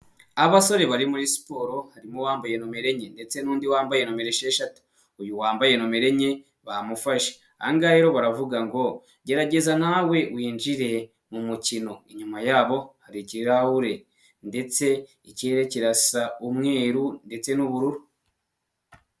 Abasore bari muri siporo harimo uwambaye nomero enye ndetse n'undi wambaye nomero esheshatu. Uyu wambaye nomero enye bamufashe, ahangaha rero baravuga ngo gerageza nawe winjire mu mukino. Inyuma yabo hari ikirahure ndetse ikirere kirasa umweru ndetse n'ubururu.